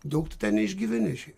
daug tu ten neišgyveni šiai